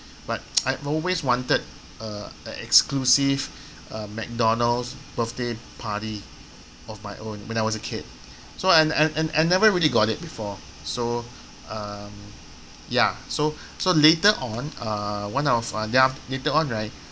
but I always wanted uh a exclusive uh mcdonald's birthday party of my own when I was a kid so and and and I never really got it before so um ya so so later on err one of then af~ later on right